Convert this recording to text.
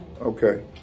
Okay